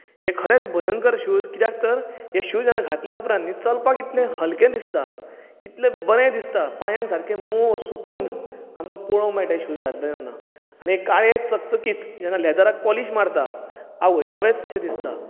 हे खरेंच भयंकर शूज कित्याक तर हे शूज हांवे घातले उपरांत न्ही चलपाक इतलें हलकें दिसता कितलें बरें दिसता पांयांक सारकें मोव सुकून आमकां पळोवंक मेळटा हे शूज घातले तेन्ना आनी हे चकचकीत जेन्ना लेदराक पॉलीश मारता आवय नवेच कशे दिसता